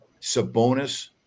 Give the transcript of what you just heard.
Sabonis